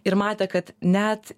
ir matė kad net